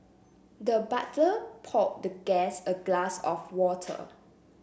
the butler poured the guest a glass of water